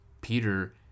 Peter